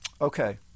Okay